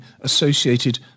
associated